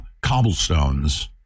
cobblestones